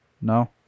No